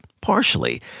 partially